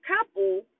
couple